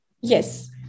Yes